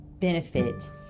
benefit